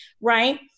right